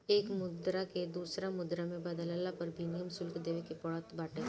एक मुद्रा के दूसरा मुद्रा में बदलला पअ विनिमय शुल्क देवे के पड़त बाटे